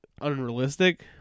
unrealistic